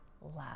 love